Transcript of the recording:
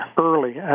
early